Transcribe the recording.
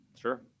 Sure